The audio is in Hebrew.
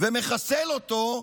ומחסל אותו,